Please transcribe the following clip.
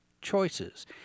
choices